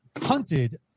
hunted